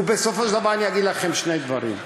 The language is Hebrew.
ובסופו של דבר אני אגיד לכם שני דברים.